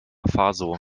faso